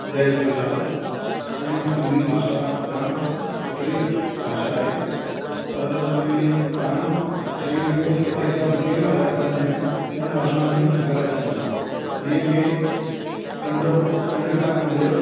जय झूलेलाल असांजी सिंधी भाषा जाम मिठड़ी भाषा आहे पर हुन में जाम शयूं अहिड़ियूं आहिनि जेकी असां सिंधी में ई ॻाल्हाए सघंदा आहियूं ॿेअनि भाषाउनि में न ॻाल्हाए सघंदा आहियूं जीअं कें चंड्रो चंड्रे सां मिलियो